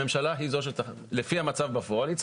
הממשלה היא זו שתחליט לפי המצב בפועל.